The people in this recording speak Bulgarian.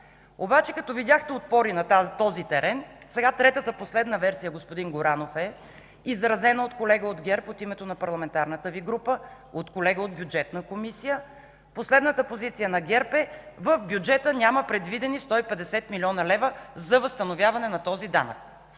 Обаче като видяхте отпор и на този терен, сега третата, последна версия, господин Горанов, изразена от колега от ГЕРБ от името на парламентарната Ви група, от колега от Бюджетна комисия, е – в бюджета няма предвидени 150 млн. лв. за възстановяване на този данък.